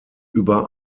über